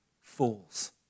fools